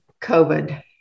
COVID